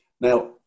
Now